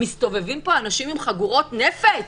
מסתובבים פה אנשים עם חגורות נפץ?